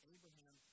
Abraham